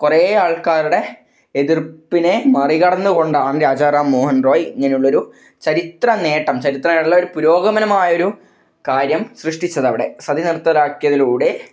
കുറേ ആൾക്കാരുടെ എതിർപ്പിനെ മറികടന്നു കൊണ്ടാണ് രാജാറാം മോഹൻ റോയ് ഇങ്ങനെയുള്ളൊരു ചരിത്രനേട്ടം ചരിത്രം ഉള്ള ഒരു പുരോഗമനമായൊരു കാര്യം സൃഷ്ടിച്ചതവിടെ സതി നിർത്തലാക്കിയതിലൂടെ